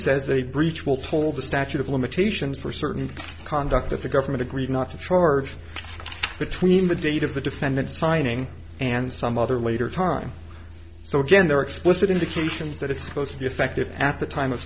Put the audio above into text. says a breach will pull the statute of limitations for certain conduct that the government agreed not to charge between the date of the defendant's signing and some other later time so gender explicit indications that it's supposed to be effective at the time of